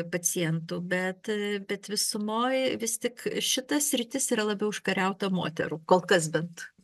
pacientų bet bet visumoj vis tik šita sritis yra labiau užkariauta moterų kolkas bent